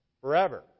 forever